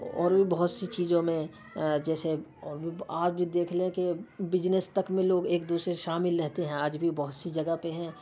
اور بھی بہت سی چیزوں میں جیسے اور بھی آپ یہ دیکھ لیں کہ بزنس تک میں لوگ ایک دوسرے سے شامل رہتے ہیں آج بھی بہت سی جگہ پہ ہیں